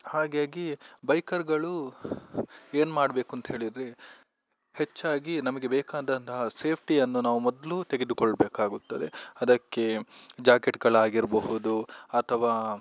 ಹಾಗಾಗಿ ಬೈಕರ್ಗಳು ಏನು ಮಾಡಬೇಕು ಅಂತ ಹೇಳಿದ್ರೆ ಹೆಚ್ಚಾಗಿ ನಮಗೆ ಬೇಕಾದಂತಹ ಸೇಫ್ಟಿಯನ್ನು ನಾವು ಮೊದಲು ತೆಗೆದುಕೊಳ್ಳಬೇಕಾಗುತ್ತದೆ ಅದಕ್ಕೆ ಜಾಕೆಟ್ಗಳಾಗಿರಬಹುದು ಅಥವಾ